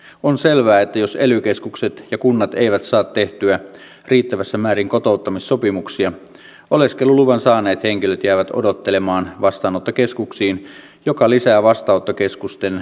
on selvää että jos ely keskukset ja kunnat eivät saa tehtyä riittävässä määrin kotouttamissopimuksia oleskeluluvan saaneet henkilöt jäävät odottelemaan vastaanottokeskuksiin mikä lisää vastaanottokeskusten kustannuksia